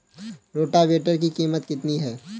Rotavator की कीमत कितनी है?